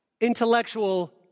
intellectual